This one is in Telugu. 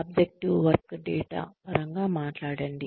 ఆబ్జెక్టివ్ వర్క్ డేటా పరంగా మాట్లాడండి